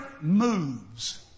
moves